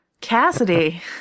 Cassidy